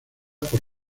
por